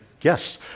yes